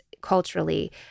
culturally